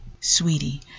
sweetie